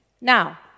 Now